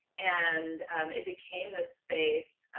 and and it became the space.